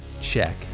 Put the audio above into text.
check